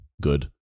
good